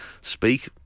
speak